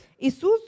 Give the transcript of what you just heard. Jesus